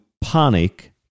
panic